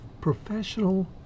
Professional